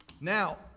now